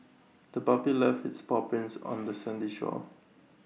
the puppy left its paw prints on the sandy shore